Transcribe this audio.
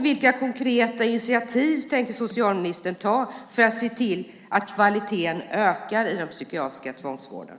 Vilka konkreta initiativ tänker socialministern ta för att se till att kvaliteten ökar i den psykiatriska tvångsvården?